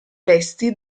vesti